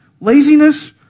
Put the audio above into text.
laziness